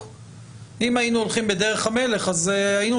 אם היינו הולכים בדרך המלך אז היינו